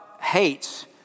hates